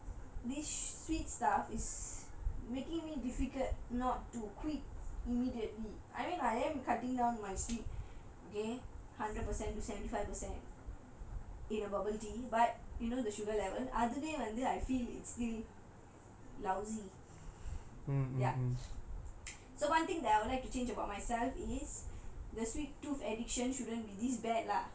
all this sweet stuff is making me difficult not to quit immediately I mean I am cutting down my sweet okay hundred per cent per seventy five per cent in a bubble tea but you know the sugar level அதுவே வந்து:athuvae vanthu I feel it's still lousy yup so one thing that I would like to change about myself is the sweet tooth addiction shouldn't be this bad lah